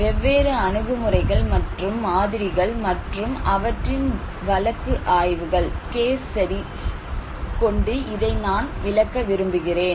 வெவ்வேறு அணுகுமுறைகள் மற்றும் மாதிரிகள் மற்றும் அவற்றின் வழக்கு ஆய்வுகள் கொண்டு இதை நான் விளக்க விரும்புகிறேன்